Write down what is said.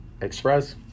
express